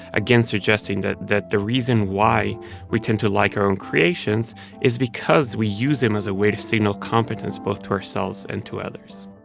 again, suggesting that that the reason why we tend to like our own creations is because we use them as a way to signal competence, both to ourselves and to others